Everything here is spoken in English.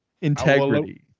integrity